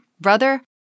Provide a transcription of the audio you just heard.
brother